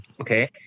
Okay